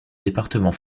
département